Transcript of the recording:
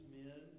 men